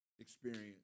Experience